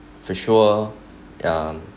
for sure um